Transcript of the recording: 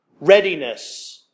Readiness